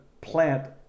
plant